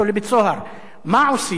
מה עושים כאשר מדינה,